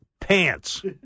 Pants